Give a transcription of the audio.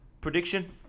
prediction